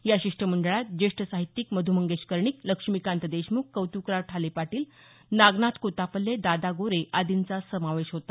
या शिष्टमंडळात ज्येष्ठ साहित्यिक मधू मंगेश कर्णिक लक्ष्मीकांत देशमुख कौतिकराव ठाले पाटील नागनाथ कोतापल्ले दादा गोरे आदींचा समावेश होता